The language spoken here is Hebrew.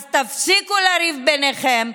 אז תפסיקו לריב ביניכם,